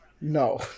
No